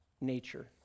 nature